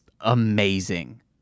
amazing